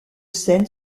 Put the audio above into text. seine